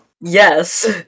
Yes